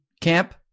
camp